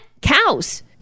Cows